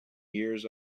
years